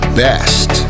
best